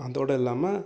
அதோடு இல்லாமல்